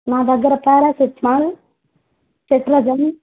నా దగ్గర paracetamol cetirizine